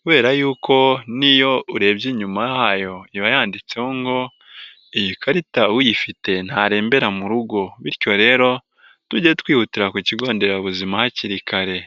kubera yuko n'iyo urebye inyuma hayo iba yanditseho ngo iyi karita uyifite ntarembera mu rugo bityo rero tuge twihutira ku kigo nderabuzima hakiri kare.